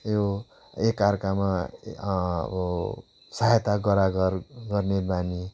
यो एकाअर्कामा अब सहायता गरागर गर्ने बानी